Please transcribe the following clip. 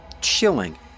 chilling